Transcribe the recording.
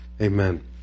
Amen